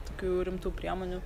tokių rimtų priemonių